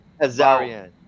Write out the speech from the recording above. Azarian